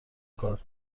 کار